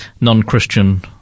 non-Christian